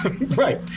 Right